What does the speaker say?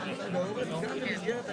ברורים והם מובנים.